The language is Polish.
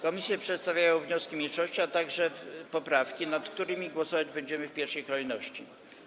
Komisje przedstawiają wnioski mniejszości, a także poprawki, nad którymi głosować będziemy w pierwszej kolejności.